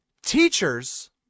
teachers